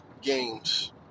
games